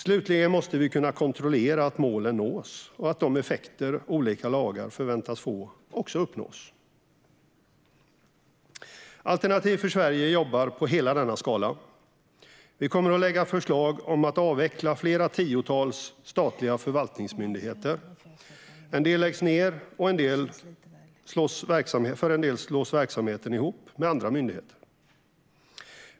Slutligen måste vi kunna kontrollera att målen nås och att de effekter olika lagar förväntas få också uppnås. Alternativ för Sverige jobbar på hela denna skala. Vi kommer att lägga fram förslag om att avveckla flera tiotals statliga förvaltningsmyndigheter. En del läggs ned, och för en del slås verksamheten ihop med andra myndigheter.